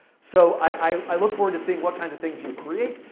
so i look forward to seeing what kind of things you create.